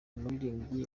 muririmbyi